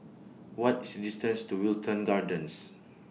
What IS distance to Wilton Gardens